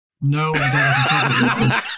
No